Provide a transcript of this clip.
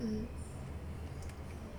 mm